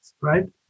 right